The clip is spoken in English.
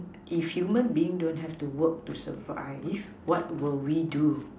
if human being don't have to work to survive what will we do